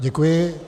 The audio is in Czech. Děkuji.